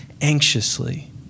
anxiously